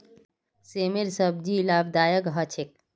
सेमेर सब्जी लाभदायक ह छेक